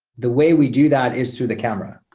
the way we do that is through the camera.